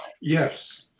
Yes